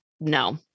no